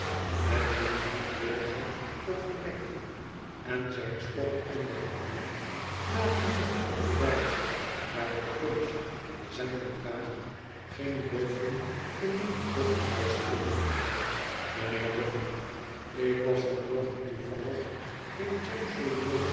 met die goedwillige overdenking en zijn stok onder den arm nagenoeg op de wijze waarop punch den zijnen draagt ging boffin genoemd koffiehuis in mijnheer boffin ik was van morgen toevallig in